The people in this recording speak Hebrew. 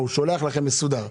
הוא שולח לכם מסודר.